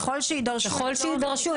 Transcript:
ככל שיידרשו.